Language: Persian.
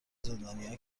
زندانیها